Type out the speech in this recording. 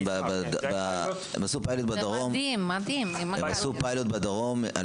הם עשו פילוט בדרום,